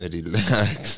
Relax